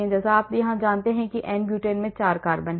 जैसा कि आप जानते हैं कि एन ब्यूटेन में चार कार्बन हैं